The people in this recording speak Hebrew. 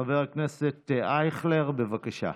חבר הכנסת אייכלר, בבקשה.